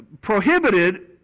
prohibited